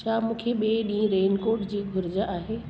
छा मुूंखे ॿिए ॾींहुं रेनकोट जी घुर्ज आहे